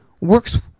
works